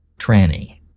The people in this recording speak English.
tranny